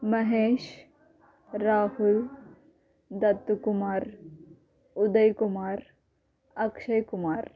Mahesh Rahul Dattu Kumar Uday Kumar Akshay Kumara